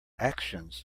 actions